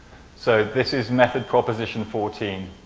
so, this is method proposition fourteen,